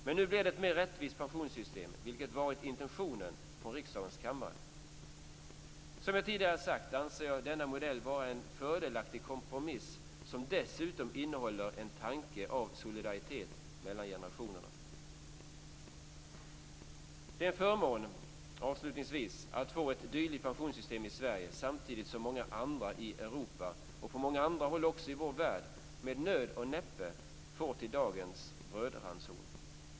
Men nu blir det ett mer rättvist pensionssystem, vilket varit intentionen från riksdagens kammare. Som jag tidigare sagt anser jag denna modell vara en fördelaktig kompromiss som dessutom innehåller en tanke av solidaritet mellan generationerna. Det är, avslutningsvis, en förmån att få ett dylikt pensionssystem i Sverige, samtidigt som många andra i Europa och på många andra håll också i vår värld med nöd och näppe får till dagens brödranson.